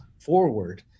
forward